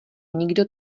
nikdo